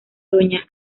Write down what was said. doña